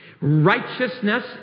righteousness